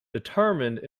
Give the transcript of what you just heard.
determined